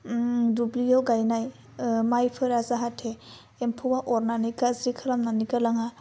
उम दुब्लियाव गायनाइ मायफोरा जाहाथे एम्फौवा अरनानै गाज्रि खालामनानै गालाङा